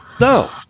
no